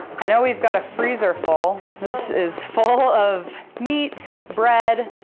i know we've got a freezer full. this is full of meat, bread,